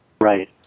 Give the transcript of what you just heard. Right